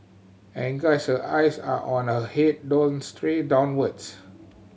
and guys her eyes are on her head don't stray downwards